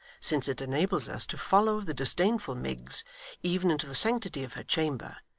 since it enables us to follow the disdainful miggs even into the sanctity of her chamber,